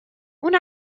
اون